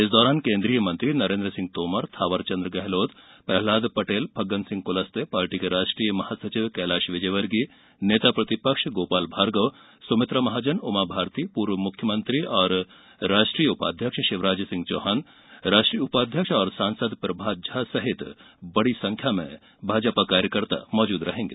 इस दौरान केन्द्रीय मंत्री नरेन्द्रसिंह तोमर थावरचन्द्र गेहलोत प्रहलाद पटेल फग्गनसिंह कुलस्ते पार्टी के राष्ट्रीय महासचिव कैलाश विजयवर्गीय नेता प्रतिपक्ष गोपाल भार्गव सुमित्रा महाजन उमा भारती पूर्व मुख्यमंत्री एवं राष्ट्रीय उपाध्यक्ष शिवराज सिंह चौहान राष्ट्रीय उपाध्यक्ष और सांसद प्रभात झा सहित बड़ी संख्या में कार्यकर्ता मौजूद रहेंगे